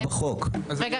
רגע,